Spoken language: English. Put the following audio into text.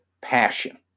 passion